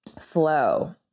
flow